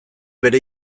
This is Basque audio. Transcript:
bere